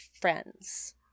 friends